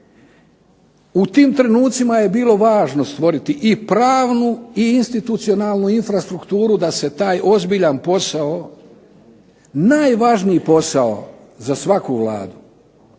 U tim trenutcima je bilo važno stvoriti i pravnu i institucionalnu infrastrukturu da se taj ozbiljan posao, najvažniji posao za svaku vladu,